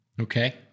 Okay